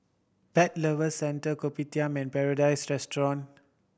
Pet Lovers Centre Kopitiam and Paradise Restaurant